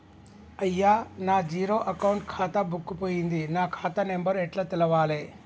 అయ్యా నా zero account ఖాతా బుక్కు పోయింది నా ఖాతా నెంబరు ఎట్ల తెలవాలే?